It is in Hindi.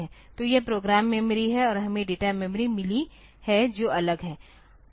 तो यह प्रोग्राम मेमोरी है और हमें डेटा मेमोरी मिली है जो अलग है